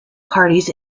parties